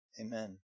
Amen